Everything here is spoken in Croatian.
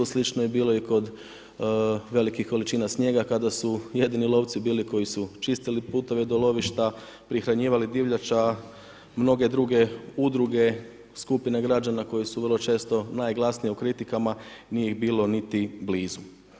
Slično je bilo i kod velikih količina snijega, kada su jedini lovci bili koji su čistili putove do lovišta, prihranjivali divljač a mnoge druge udruge skupine građana koje su vrlo često najglasnije u kritikama, nije ih bilo niti blizu.